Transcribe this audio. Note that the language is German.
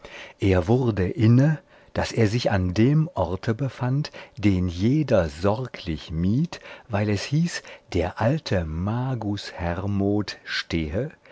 er wurde inne daß er sich an dem orte befand den jeder sorglich mied weil es hieß der alte magus hermod stehe